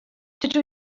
dydw